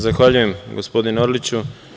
Zahvaljujem, gospodine Orliću.